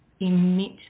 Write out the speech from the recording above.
emit